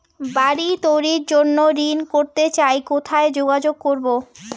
বাড়ি তৈরির জন্য ঋণ করতে চাই কোথায় যোগাযোগ করবো?